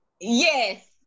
Yes